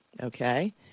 Okay